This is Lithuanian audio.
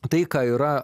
tai ką yra